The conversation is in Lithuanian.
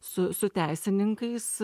su su teisininkais